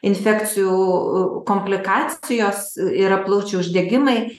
infekcijų komplikacijos yra plaučių uždegimai